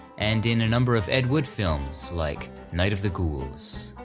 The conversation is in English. and in a number of ed wood films like night of the ghouls.